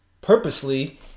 purposely